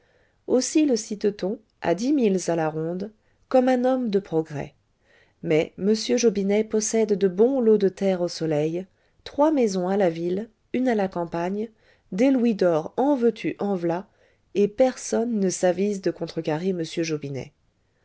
aussi le cite t on à dix milles à la ronde comme un homme de progrès mais m jobinet possède de bons lots de terre au soleil trois maisons à la ville une à la campagne des louis d'or en veux-tu en v'là et personne ne s'avise de contrecarrer m jobinet